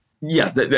Yes